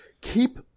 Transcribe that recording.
keep